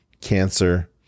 cancer